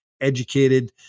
educated